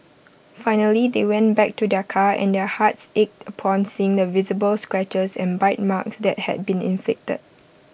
finally they went back to their car and their hearts ached upon seeing the visible scratches and bite marks that had been inflicted